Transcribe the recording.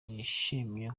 nishimira